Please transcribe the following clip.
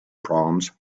proms